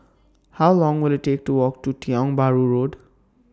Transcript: How Long Will IT Take to Walk to Tiong Bahru Road